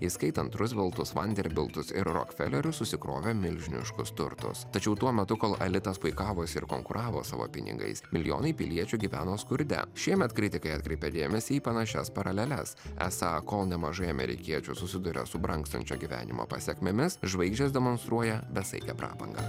įskaitant ruzveltus vanderbeltus ir rokfelerius susikrovė milžiniškus turtus tačiau tuo metu kol elitas puikavosi ir konkuravo savo pinigais milijonai piliečių gyveno skurde šiemet kritikai atkreipia dėmesį į panašias paraleles esą kol nemažai amerikiečių susiduria su brangstančio gyvenimo pasekmėmis žvaigždės demonstruoja besaikę prabangą